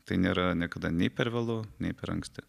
tai nėra niekada nei per vėlu nei per anksti